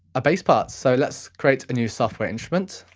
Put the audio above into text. a bass part, so let's create a new software instrument